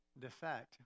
defect